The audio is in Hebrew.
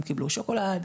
הם קיבלו שוקולד,